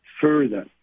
further